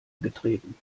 getreten